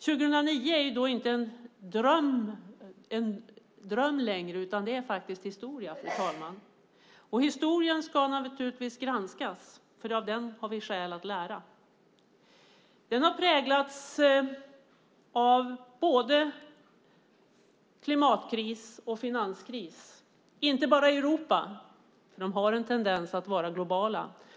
År 2009 är inte längre en dröm, utan det är historia, och historien ska naturligtvis granskas. Av den har vi skäl att lära. Den har präglats av både klimatkris och finanskris. Det gäller inte bara Europa; de har en tendens att vara globala.